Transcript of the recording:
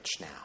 now